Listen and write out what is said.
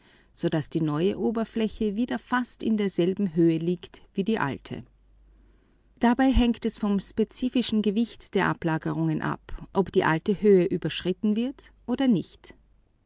so daß die neue oberfläche wieder fast in der alten höhe liegt vom spezifischen gewicht der ablagerung hängt es ab ob die alte höhe überschritten wird oder nicht